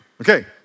Okay